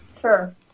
Sure